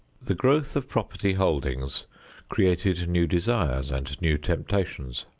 the growth of property holdings created new desires and new temptations.